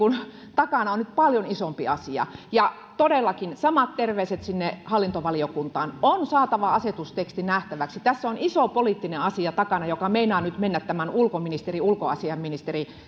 takana on nyt paljon isompi asia ja todellakin samat terveiset sinne hallintovaliokuntaan on saatava asetusteksti nähtäväksi tässä on iso poliittinen asia takana joka meinaa nyt mennä tämän ulkoministeri ulkoasiainministeri